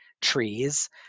trees